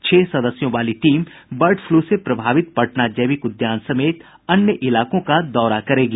छह सदस्यों वाली टीम बर्ड फ्लू से प्रभावित पटना जैविक उद्यान समेत अन्य इलाकों का दौरा करेगी